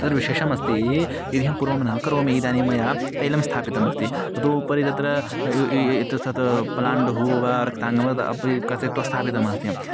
तत्र विशेषमस्ति यदि अहं पुर्वमेव न करोमि इदानीं मया तैलं स्थापितमस्ति अतः उपरि तत्र इतस्ततः पलाण्डुः वा रङ्काङ्गम् अपि कर्तित्वा स्थापितमस्ति